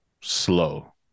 slow